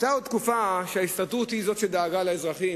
היתה תקופה שההסתדרות היא שדאגה לאזרחים,